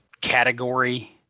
category